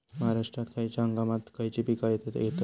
महाराष्ट्रात खयच्या हंगामांत खयची पीका घेतत?